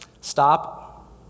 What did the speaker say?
stop